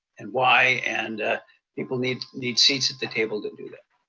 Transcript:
and why, and people need need seats at the table to do that.